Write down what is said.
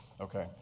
okay